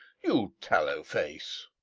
you tallow-face!